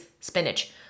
spinach